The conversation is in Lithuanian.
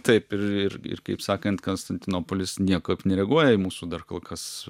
taip ir ir ir kaip sakant konstantinopolis niekaip nereaguoja į mūsų dar kol kas